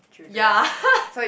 ya